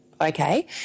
Okay